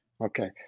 Okay